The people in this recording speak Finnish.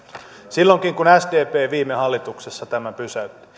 silloinkin kun sdp viime hallituksessa tämän pysäytti